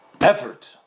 effort